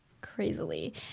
crazily